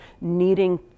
needing